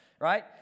right